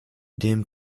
dem